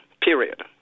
period